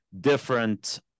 different